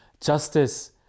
justice